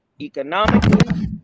economically